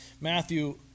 Matthew